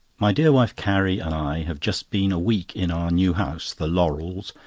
my clear wife carrie and i have just been a week in our new house, the laurels,